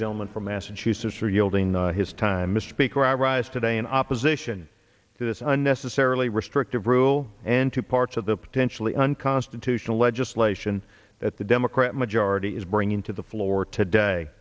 gentleman from massachusetts for yielding his time mr speaker i rise today in opposition to this unnecessarily restrictive rule and two parts of the potentially unconstitutional legislation that the democrat majority is bringing to the floor today